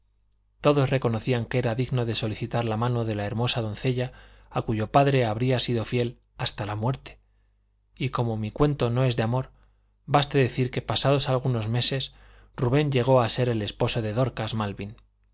todos reconocían que era digno de solicitar la mano de la hermosa doncella a cuyo padre había sido fiel hasta la muerte y como mi cuento no es de amor baste decir que pasados algunos meses rubén llegó a ser el esposo de dorcas malvin